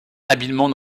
habilement